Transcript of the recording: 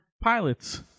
pilots